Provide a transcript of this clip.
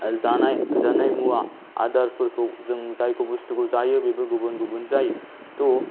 जानाय मुवा आदारफोरखौ जों जायखौ बुस्तुखौ जायो बेबो गुबुन गुबुन जायो ट'